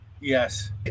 yes